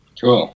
Cool